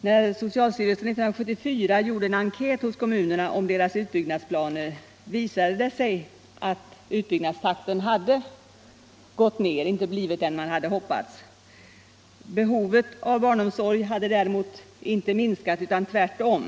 När socialstyrelsen 1974 gjorde en enkät hos kommunerna om deras utbyggnadsplaner visade det sig att utbyggnadstakten hade gått ned och inte blivit den man hoppats. Behovet av barnomsorg hade däremot inte minskat utan tvärtom ökat.